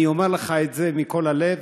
אני אומר לך את זה מכל הלב: